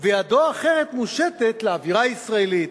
וידו האחרת מושטת לאווירה הישראלית,